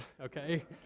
okay